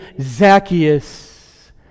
Zacchaeus